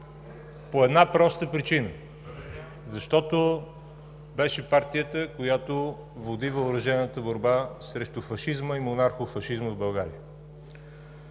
по една проста причина: защото беше партията, която водѝ въоръжената борба срещу фашизма и монархофашизма в България.